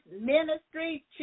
ministry